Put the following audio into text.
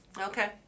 Okay